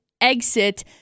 exit